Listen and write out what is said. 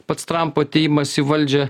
pats trampo atėjimas į valdžią